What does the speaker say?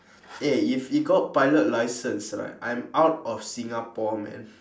eh if he got pilot license right I'm out of singapore man